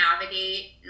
navigate